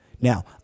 Now